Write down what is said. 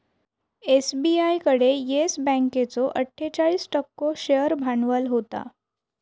SBI कडे Yes बँकेचो अट्ठोचाळीस टक्को शेअर भांडवल होता